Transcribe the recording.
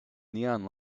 neon